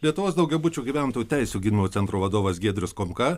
lietuvos daugiabučių gyventojų teisių gynimo centro vadovas giedrius komka